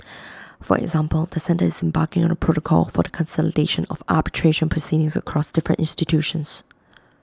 for example the centre is embarking on A protocol for the consolidation of arbitration proceedings across different institutions